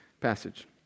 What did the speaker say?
passage